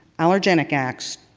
allergic acts